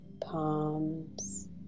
palms